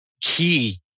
key